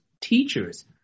teachers